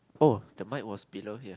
oh the mic was below here